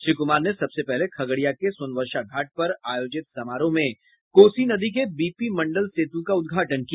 श्री कुमार ने सबसे पहले खगड़िया के सोनवर्षा घाट पर आयोजित समारोह में कोसी नदी के बीपी मंडल सेतु का उद्घाटन किया